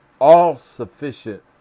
all-sufficient